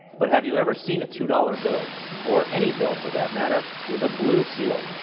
but have you ever seen a two dollars bill or any bill for that matter with a blue seal?